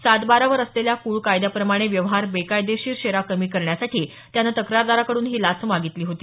सातबारा वर असलेला कुळ कायद्याप्रमाणे व्यवहार बेकायदेशीर शेरा कमी करण्यासाठी त्यानं तक्रारदाराकडून ही लाच मागितली होती